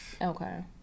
Okay